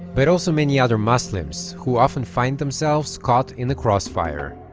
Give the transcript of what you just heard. but also many other muslims who often find themselves caught in the crossfire?